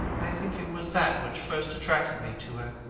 i think it was that which first attracted me to her.